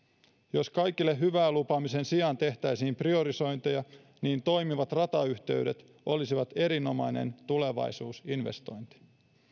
jos kaikille hyvää lupaamisen sijaan tehtäisiin priorisointeja niin toimivat ratayhteydet olisivat erinomainen tulevaisuusinvestointi